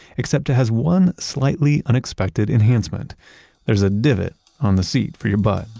except it has one slightly unexpected enhancement there's a divot on the seat, for your butt